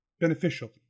beneficial